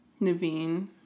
Naveen